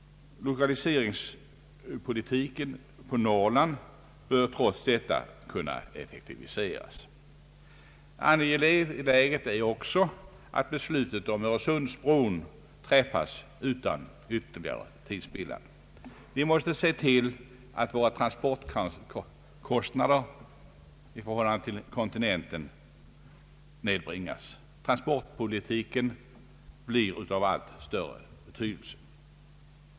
Lokaliseringspolitiken på Norrland bör trots detta kunna effektiviseras. Angeläget är också att beslutet om Öresundsbron fattås utan ytterligare tidsspillan. Vi måste se till att våra transportkostnader till och från kontinenten nedbringas. Transportpolitiken blir av allt större betydelse.